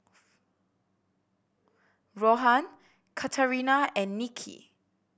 Rohan Katarina and Nicky